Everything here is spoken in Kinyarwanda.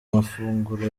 amafunguro